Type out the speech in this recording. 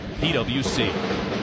PWC